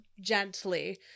gently